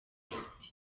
umuti